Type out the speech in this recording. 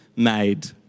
made